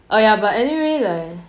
oh ya but anyway like